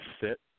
sit